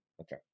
Okay